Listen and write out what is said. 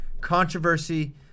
controversy